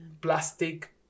plastic